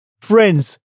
friends